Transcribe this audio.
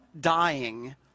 dying